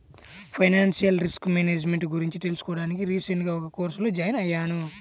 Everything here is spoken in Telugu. ఫైనాన్షియల్ రిస్క్ మేనేజ్ మెంట్ గురించి తెలుసుకోడానికి రీసెంట్ గా ఒక కోర్సులో జాయిన్ అయ్యాను